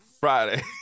Friday